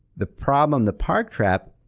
the problem, the parc trap,